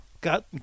got